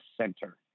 center